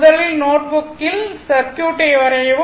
முதலில் நோட்புக்கில் சர்க்யூட்டை வரையவும்